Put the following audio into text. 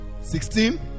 sixteen